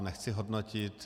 Nechci to hodnotit.